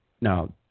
Now